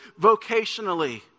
vocationally